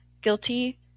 guilty